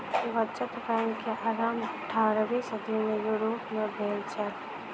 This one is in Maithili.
बचत बैंक के आरम्भ अट्ठारवीं सदी में यूरोप में भेल छल